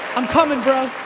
i'm comin' bro.